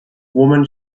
woman